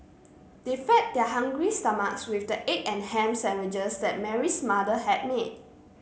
they fed their hungry stomachs with the egg and ham sandwiches that Mary's mother had made